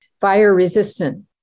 Fire-resistant